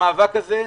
המאבק הזה,